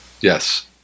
yes